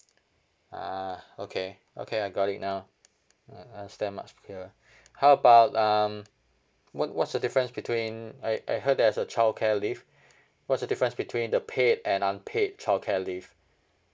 a'ah okay okay I got it now I understand much clearer how about um what what's the difference between I I heard there's a childcare leave what's the difference between the paid and unpaid childcare leave